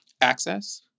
access